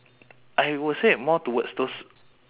I will say more towards those